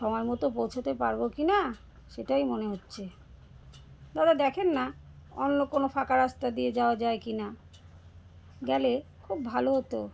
সময় মতো পৌঁছোতে পারবো কি না সেটাই মনে হচ্ছে দাদা দেখেন না অন্য কোনো ফাঁকা রাস্তা দিয়ে যাওয়া যায় কি না গেলে খুব ভালো হতো